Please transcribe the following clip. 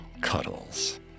cuddles